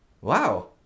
wow